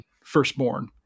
firstborn